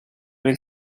del